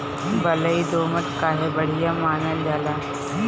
बलुई दोमट काहे बढ़िया मानल जाला?